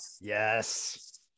yes